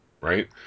Right